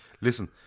listen